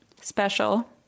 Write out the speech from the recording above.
special